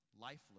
lifeless